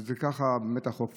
וזה ככה באמת בחוק,